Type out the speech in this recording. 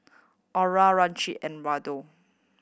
Aura Richie and Waldo